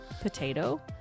Potato